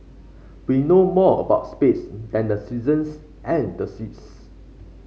we know more about space than the seasons and the seas